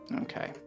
Okay